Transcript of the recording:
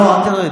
לא, אל תרד.